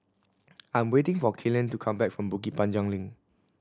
I am waiting for Kellen to come back from Bukit Panjang Link